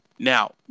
Now